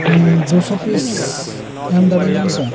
ᱫᱩ ᱥᱚ ᱯᱤᱥ ᱮᱢ ᱫᱟᱲᱮ ᱟᱹᱧᱟᱢ ᱥᱮ